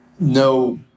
No